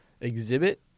exhibit